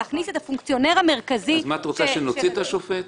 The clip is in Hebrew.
להכניס את הפונקציונר המרכזי --- את רוצה שנוציא את השופט?